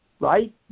right